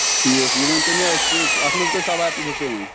ٹھیٖک یہِ ؤنۍتو مےٚ اَسہِ چھِ اَتھ منٛز کٔژ سَوارِ تُلۍوُکھ تُہۍ وۄنۍ